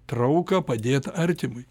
trauką padėt artimui